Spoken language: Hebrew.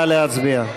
נא להצביע.